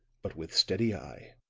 but with steady eye,